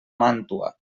màntua